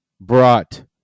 brought